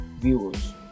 viewers